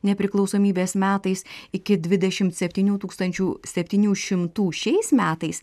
nepriklausomybės metais iki dvidešimt septynių tūkstančių septynių šimtų šiais metais